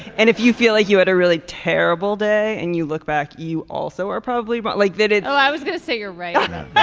and if you feel like you had a really terrible day and you look back you also are probably but like that. well i was going to say you're right. but